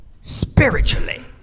spiritually